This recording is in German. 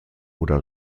oder